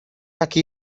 aquí